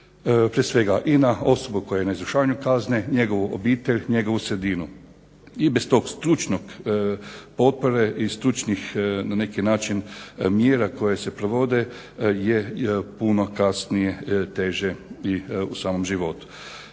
prije svega i na osobu koja je na izvršavanju kazne, njegovu obitelj, njegovu sredinu i bez te stručne … i stručnih na neki način mjera koje se provode je puno kasnije teže i u samom životu.